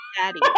daddy